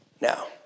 Now